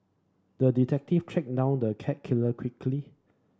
the detective tracked down the cat killer quickly